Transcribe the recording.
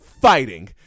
fighting